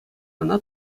ӑна